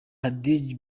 hadji